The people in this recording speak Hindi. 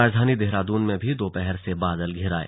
राजधानी देहरादून में भी दोपहर से बादल घिर आए